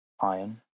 Iron